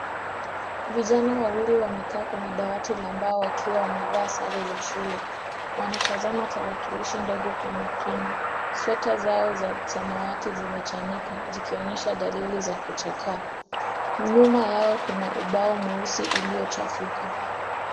Vijana wawili wamekaa kwenye dawati la mbao wakiwa wamevaa sare za shule. Wanatazama tarakilishi ndogo kwa makini. Sweta zao za samawati zimechanika zikionyesha dalili za kuchakaa. Nyuma yao kuna ubao mweusi uliochafuka.